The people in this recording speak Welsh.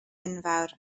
enfawr